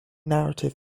narrative